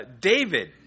David